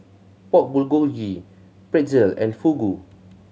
Pork Bulgogi Pretzel and Fugu